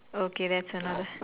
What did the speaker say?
okay that's another